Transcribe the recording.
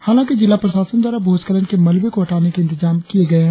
हालाकि जिला प्रशासन द्वारा भूस्खलन के मलवे को हटाने के इंतजाम किए गए है